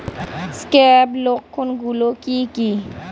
Scab লক্ষণ গুলো কি কি?